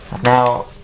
Now